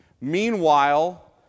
Meanwhile